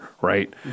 right